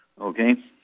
Okay